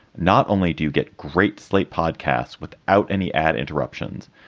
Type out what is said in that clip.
not only do you get great slate podcasts without any ad interruptions,